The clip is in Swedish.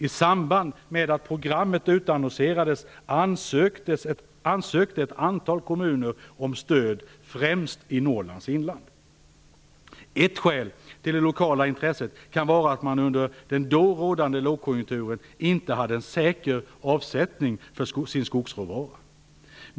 I samband med att programmet utannonserades ansökte ett antal kommuner om stöd, främst i Norrlands inland. Ett skäl till det lokala intresset kan vara att man under den då rådande lågkonjunkturen inte hade en säker avsättning för sin skogsråvara.